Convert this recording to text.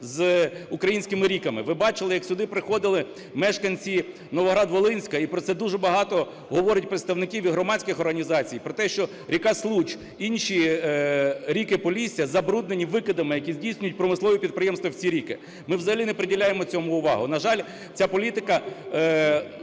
з українськими ріками. Ви бачили, як сюди приходили мешканці Новоград-Волинського, і про це дуже багато говорять представників і громадських організацій, про те, що ріка Случ, інші ріки Полісся забруднені викидами, які здійснюють промислові підприємства в ці ріки. Ми взагалі не приділяємо цьому увагу. На жаль, ця політика